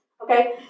Okay